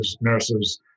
nurses